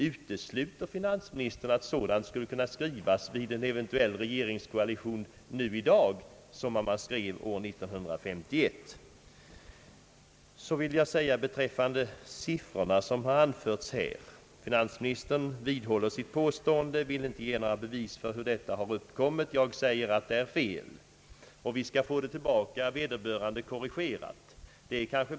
Utesluter finansministern att sådant skulle kunna skrivas vid en eventuell regeringskoalition i dag? Jag vill så beröra de siffror som här anförts. Finansministern vidhåller sitt påstående och vill inte ge några bevis för hur siffrorna har uppkommit. Jag påstår att de är fel, men våra siffror skall vi få tillbaka, vederbörligen korrigerade säger finansministern.